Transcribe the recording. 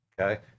Okay